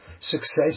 Success